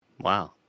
Wow